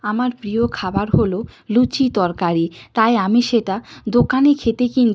আমার প্রিয় খাবার হলো লুচি তরকারি তাই আমি সেটা দোকানে খেতে কিন্তু